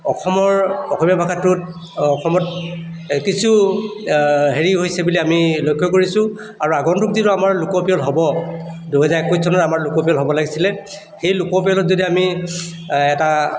অসমৰ অসমীয়া ভাষাটোত অসমত কিছু হেৰি হৈছে বুলি আমি লক্ষ্য কৰিছোঁ আৰু আগন্তুক যিটো আমাৰ লোকপিয়ল হ'ব দুহেজাৰ একৈছ চনৰ আমাৰ লোকপিয়ল হ'ব লাগিছিলে সেই লোকপিয়লত যদি আমি এটা